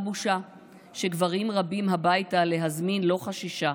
בושה / שגברים רבים הביתה להזמין לא חששה,